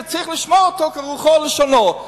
שצריך לשמור אותו כרוחו וכלשונו.